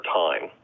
time